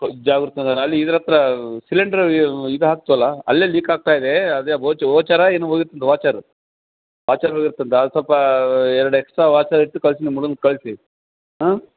ಅಲ್ಲಿ ಇದ್ರ ಹತ್ತಿರ ಸಿಲಿಂಡರ್ ಇದು ಹಾಕ್ತಿವಲ್ಲ ಅಲ್ಲೇ ಲೀಕ್ ಆಗ್ತಾ ಇದೆ ಅದೇ ಆ ಬೋಚು ವೋಚರಾ ಏನು ವಾಚರ್ ವಾಚರ್ ಇರ್ತದೆ ಅದು ಸೊಲ್ಪ ಎರಡು ಎಕ್ಸ್ಟ್ರಾ ವಾಶರ್ ಇಟ್ಟು ಕಳ್ಸಿ ನಿಮ್ಮ ಹುಡುಗನ್ನ ಕಳಿಸಿ ಹಾಂ